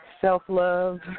Self-love